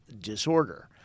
disorder